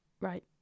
Right